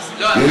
מה?